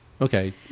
Okay